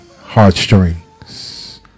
Heartstrings